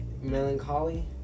Melancholy